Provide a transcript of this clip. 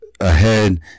Ahead